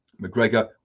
McGregor